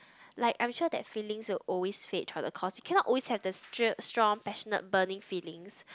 like I'm sure that feelings will always fade throughout the course you cannot always have the str~ strong passionate burning feelings